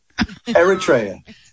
eritrea